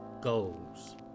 Goals